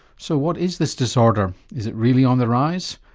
so what is this disorder, is it really on the rise,